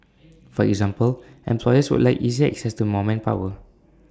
for example employers would like easier access to more manpower